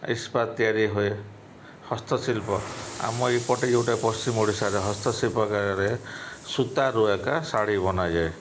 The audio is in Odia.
ଇସ୍ପାତ ତିଆରି ହୁଏ ହସ୍ତଶିଳ୍ପ ଆମ ଏପଟେ ଗୋଟେ ପଶ୍ଚିମ ଓଡ଼ିଶାରେ ହସ୍ତଶିଳ୍ପ ଆକାରରେ ସୂତାରୁ ଏକା ଶାଢ଼ୀ ବନାଯାଏ